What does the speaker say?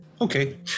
Okay